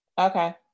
okay